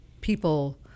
people